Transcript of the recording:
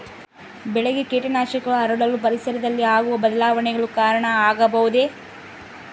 ಬೆಳೆಗೆ ಕೇಟನಾಶಕಗಳು ಹರಡಲು ಪರಿಸರದಲ್ಲಿ ಆಗುವ ಬದಲಾವಣೆಗಳು ಕಾರಣ ಆಗಬಹುದೇ?